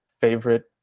favorite